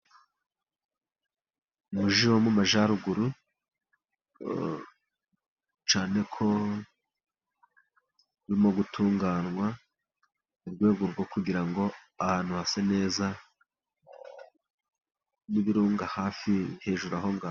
Umuji wo mu Majyaruguru cyane ko urimo gutunganywa mu rwego rwo kugira ngo ahantu hase neza, n'ibirunga hafi hejuru aho ngaho.